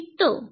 ঠিক তো